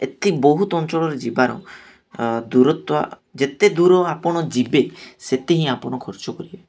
ଏତେ ବହୁତ ଅଞ୍ଚଳରେ ଯିବାର ଦୂରତ୍ୱ ଯେତେ ଦୂର ଆପଣ ଯିବେ ସେତି ହିଁ ଆପଣ ଖର୍ଚ୍ଚ କରିବେ